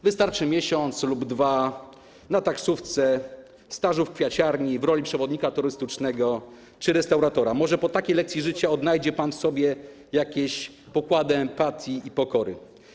Wystarczą miesiąc lub dwa miesiące stażu w taksówce, w kwiaciarni, w roli przewodnika turystycznego czy restauratora - może po takiej lekcji życia odnajdzie pan w sobie jakieś pokłady empatii i pokory.